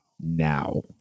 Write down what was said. Now